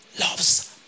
loves